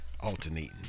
alternating